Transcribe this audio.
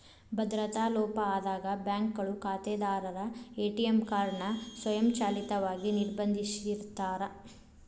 ಭದ್ರತಾ ಲೋಪ ಆದಾಗ ಬ್ಯಾಂಕ್ಗಳು ಖಾತೆದಾರರ ಎ.ಟಿ.ಎಂ ಕಾರ್ಡ್ ನ ಸ್ವಯಂಚಾಲಿತವಾಗಿ ನಿರ್ಬಂಧಿಸಿರ್ತಾರ